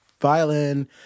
violin